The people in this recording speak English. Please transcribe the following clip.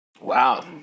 Wow